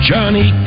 Johnny